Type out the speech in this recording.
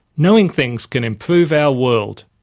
knowing things can improve our world.